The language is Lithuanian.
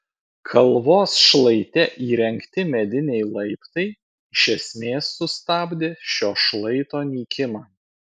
kalvos šlaite įrengti mediniai laiptai iš esmės sustabdė šio šlaito nykimą